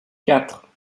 quatre